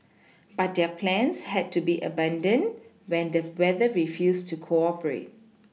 but their plans had to be abandoned when the weather refused to cooperate